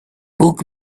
book